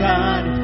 God